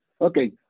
Okay